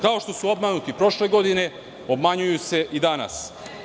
Kao što su obmanuti prošle godine, obmanjuju se i danas.